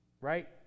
right